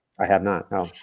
i haven not, no.